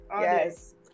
Yes